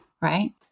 right